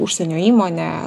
užsienio įmone